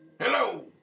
Hello